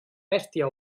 bèstia